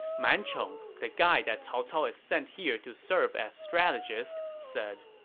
man chong, the guy that cao cao had sent here to serve as strategist, said,